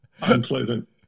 unpleasant